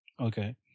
Okay